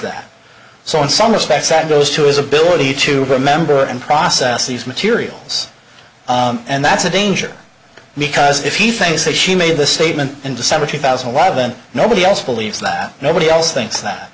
that so in some respects that goes to his ability to remember and process these materials and that's a danger because if he thinks that she made the statement in december two thousand and five and nobody else believes that nobody else thinks that